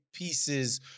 Pieces